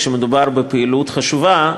כשמדובר בפעילות חשובה,